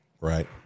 Right